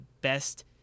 best